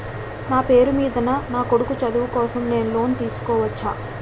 నా పేరు మీద నా కొడుకు చదువు కోసం నేను లోన్ తీసుకోవచ్చా?